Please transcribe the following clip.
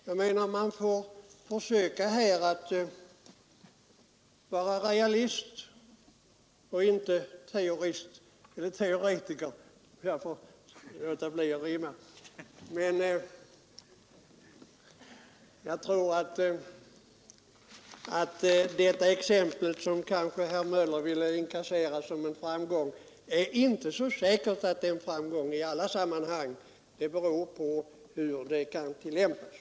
Jag menar att man får försöka vara realist och inte teoretiker. Jag tror inte att det system som herr Möller ville ta upp för att inkassera en framgång alltid är dåligt. Det beror på hur det tillämpas.